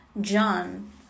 John